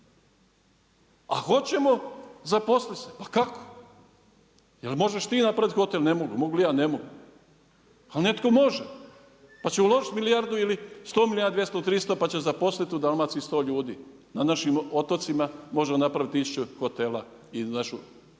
A hoćemo zaposliti se. Pa kako? Je li možeš ti napraviti hotel? Ne mogu. Mogu li ja? Ne mogu. Ali netko može. Pa će uložiti milijardu ili 100 milijuna, 200 ili 300 pa će zaposliti u Dalmaciji 100 ljudi na našim otocima može napraviti tisuću hotela.